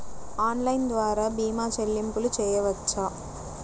Online ద్వార భీమా చెల్లింపులు చేయవచ్చా?